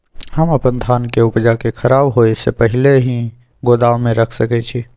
हम अपन धान के उपजा के खराब होय से पहिले ही गोदाम में रख सके छी?